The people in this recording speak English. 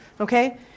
okay